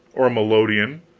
or a melodeon,